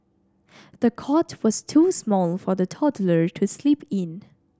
the cot was too small for the toddler to sleep in